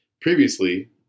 Previously